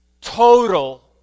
total